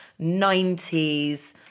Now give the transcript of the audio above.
90s